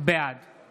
בעד